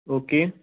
okay